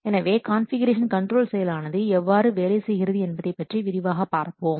எனவே configuration control செயலானது எவ்வாறு வேலை செய்கிறது என்பதை பற்றி விரிவாக பார்ப்போம்